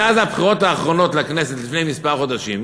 מאז הבחירות האחרונות לכנסת לפני כמה חודשים,